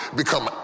become